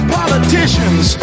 politicians